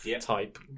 type